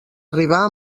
arribar